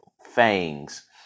fangs